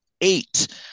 eight